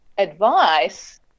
advice